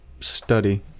study